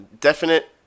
Definite